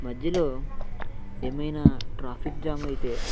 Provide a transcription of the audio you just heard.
మధ్యలో ఏమైనా traffic jam ఐతే